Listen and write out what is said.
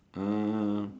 uh